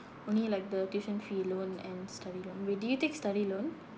only like the tuition fee loan and study loan wait do you take study loan